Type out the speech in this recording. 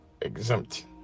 exempt